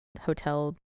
hotel